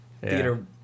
theater